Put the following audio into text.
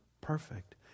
perfect